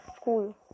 school